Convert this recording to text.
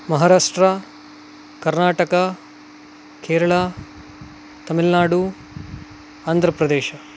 महाराष्ट्रा कर्नाटका केरला तमिळ्नाडु आन्ध्रप्रदेशः